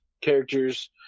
characters